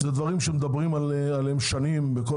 אלה דברים שמדברים עליהם שנים; בכל